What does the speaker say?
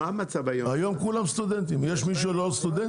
היום כולם סטודנטים, יש מישהו שהוא לא סטודנט?